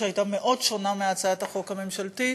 שהייתה מאוד שונה מהצעת החוק הממשלתית,